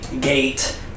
gate